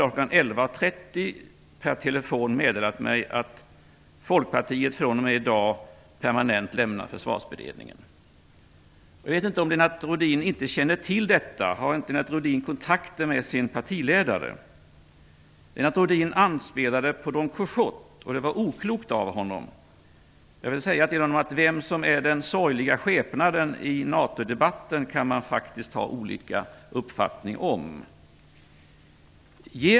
11.30 per telefon meddelat mig att Folkpartiet fr.o.m. i dag permanent lämnar Försvarsberedningen. Jag vet inte om Lennart Rohdin inte känner till detta. Har inte Lennart Rohdin kontakter med sin partiledare? Lennart Rohdin anspelade på Don Quijote, vilket var oklokt av honom. Vem som har den sorgliga skepnaden i NATO-debatten kan man faktiskt ha olika uppfattning om.